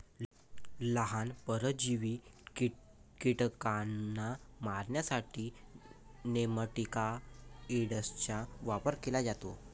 लहान, परजीवी कीटकांना मारण्यासाठी नेमॅटिकाइड्सचा वापर केला जातो